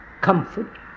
comfort